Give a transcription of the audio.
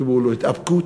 שו ביקולו, התאפקות,